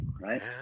right